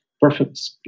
perfect